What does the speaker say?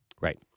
Right